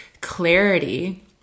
clarity